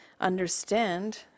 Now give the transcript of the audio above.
understand